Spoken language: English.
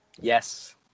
yes